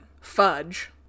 fudge